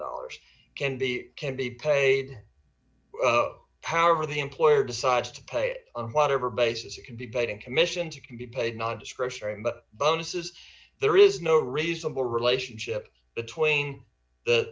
dollars can be can be paid however the employer decides to pay it on whatever basis it can be paid in commission to be paid non discretionary bonuses there is no reasonable relationship between the